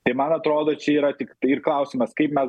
tai man atrodo čia yra tik tai ir klausimas kaip me